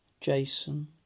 Jason